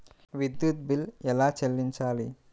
విద్యుత్ బిల్ ఎలా చెల్లించాలి?